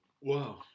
wow